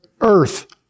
earth